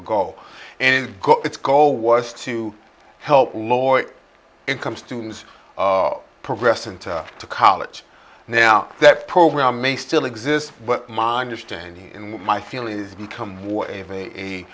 ago and its goal was to help lower income students of progress and to college now that program may still exist but my understanding and my feeling is become more